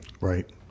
Right